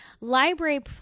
Library